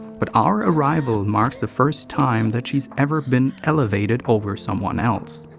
but our arrival marks the first time that she's ever been elevated over someone else.